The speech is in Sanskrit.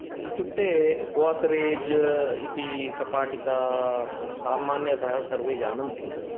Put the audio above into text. इत्युक्ते गोद्रेज् इति कपाटिका सामान्यतः सर्वे जानन्ति